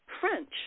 French